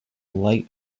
light